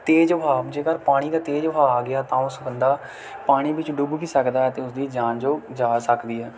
ਤੇਜ਼ ਵਹਾਅ ਜੇਕਰ ਪਾਣੀ ਦਾ ਤੇਜ਼ ਵਹਾਅ ਆ ਗਿਆ ਤਾਂ ਉਸ ਬੰਦਾ ਪਾਣੀ ਵਿੱਚ ਡੁੱਬ ਵੀ ਸਕਦਾ ਹੈ ਤਾਂ ਉਸ ਦੀ ਜਾਨ ਜੋ ਜਾ ਸਕਦੀ ਹੈ